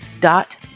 dot